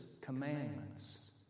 commandments